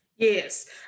Yes